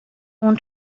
اون